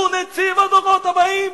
הוא נציב הדורות הבאים?